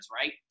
right